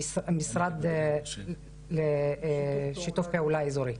המשרד לשיתוף פעולה איזורי.